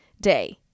Day